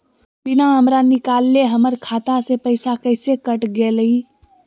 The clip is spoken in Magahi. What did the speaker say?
बिना हमरा निकालले, हमर खाता से पैसा कैसे कट गेलई?